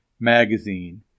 magazine